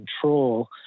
control